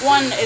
One